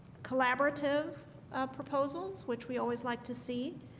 collaborative proposals which we always like to see